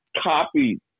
copied